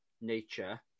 nature